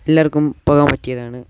എല്ലാവർക്കും പോകാൻ പറ്റിയതാണ്